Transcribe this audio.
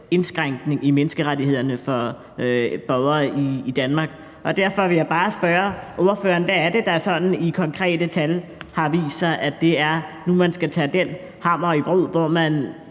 indskrænkning i menneskerettighederne for borgere i Danmark. Derfor vil jeg bare spørge ordføreren, hvad det er, der i konkrete tal har vist, at det er nu, man skal tage den hammer i brug, hvor man